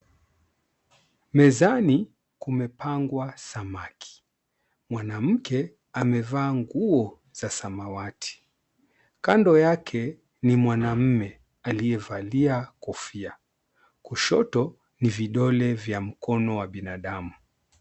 Mezani kumepangwa samaki mwanamke amevaa nguo za samawati kando yake ni mwanaume aliyevalia kofia kushoto ni vidole vya mkono wa binadamu.